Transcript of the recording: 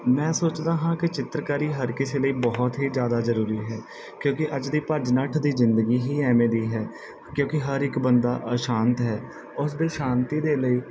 ਮੈਂ ਸੋਚਦਾ ਹਾਂ ਕਿ ਚਿੱਤਰਕਾਰੀ ਹਰ ਕਿਸੇ ਲਈ ਬਹੁਤ ਹੀ ਜ਼ਿਆਦਾ ਜ਼ਰੂਰੀ ਹੈ ਕਿਉਂਕਿ ਅੱਜ ਦੀ ਭੱਜ ਨੱਠ ਦੀ ਜ਼ਿੰਦਗੀ ਹੀ ਐਵੇਂ ਦੀ ਹੈ ਕਿਉਂਕਿ ਹਰ ਇੱਕ ਬੰਦਾ ਅਸ਼ਾਂਤ ਹੈ ਉਸ ਦੇ ਸ਼ਾਂਤੀ ਦੇ ਲਈ